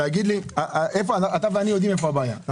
שנינו יודעים איפה הבעיה.